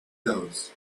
those